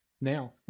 now